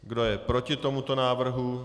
Kdo je proti tomuto návrhu?